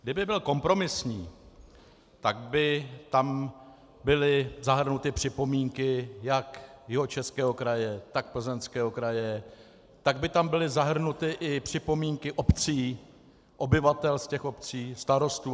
Kdyby byl kompromisní, tak by tam byly zahrnuty připomínky jak Jihočeského kraje, tak Plzeňského kraje, tak by tam byly zahrnuty i připomínky obcí, obyvatel těch obcí, starostů atd.